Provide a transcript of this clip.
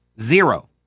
Zero